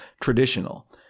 traditional